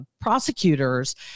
prosecutors